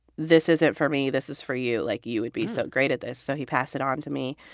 this isn't for me. this is for you. like, you would be so great at this, so he passed it on to me.